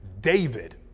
David